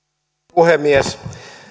puhemies